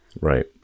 Right